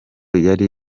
yari